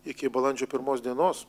iki balandžio pirmos dienos